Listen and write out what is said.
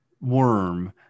worm